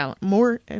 more